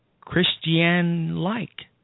Christian-like